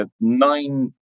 nine